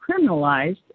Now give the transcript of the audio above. criminalized